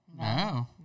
No